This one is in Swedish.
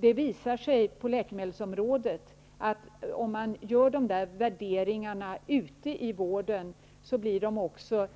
Det visar sig på läkemedelsområdet att om man gör värderingarna ute i vården, tillämpas de också